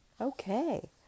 Okay